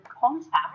contact